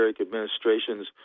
Administration's